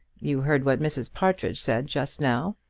you heard what mrs. partridge said just now.